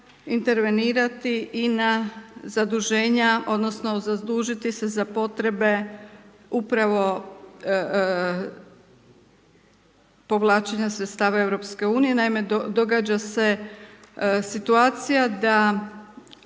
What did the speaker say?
intervenirati i na zaduženja, odnosno, zadužiti se za potrebe upravo povlačenja sredstva EU. Naime, događa se situacija da